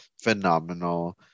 phenomenal